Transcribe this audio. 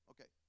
Okay